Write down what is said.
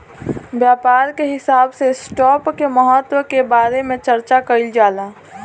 व्यापार के हिसाब से स्टॉप के महत्व के बारे में चार्चा कईल जाला